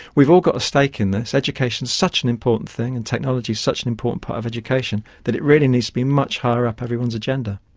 we've all got a stake in this. education is such an important thing and technology is such an important part of education that it really needs to be much higher up everyone's agenda.